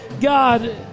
God